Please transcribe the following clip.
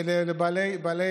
לצ'קים,